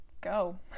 go